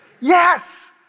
Yes